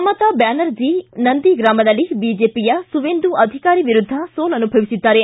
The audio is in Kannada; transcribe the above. ಮಮತಾ ಬ್ಯಾನರ್ಜಿ ನಂದಿಗ್ರಾಮದಲ್ಲಿ ಬಿಜೆಪಿಯ ಸುವೇಂದು ಅಧಿಕಾರಿ ವಿರುದ್ಧ ಸೋಲನುಭವಿಸಿದ್ದಾರೆ